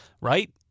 right